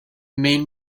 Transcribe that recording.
main